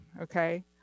Okay